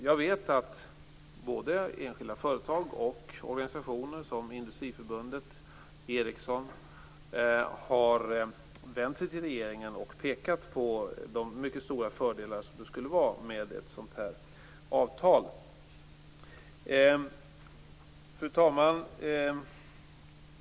Jag vet att både enskilda företag och organisationer, som Ericsson och Industriförbundet, har vänt sig till regeringen och pekat på de mycket stora fördelar som ett sådant här avtal skulle ha. Fru talman!